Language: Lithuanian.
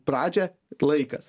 pradžią laikas